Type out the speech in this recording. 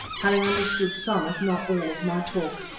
having understood some, if not all, of my talk.